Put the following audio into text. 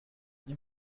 این